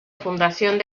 fundación